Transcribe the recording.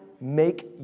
make